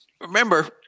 Remember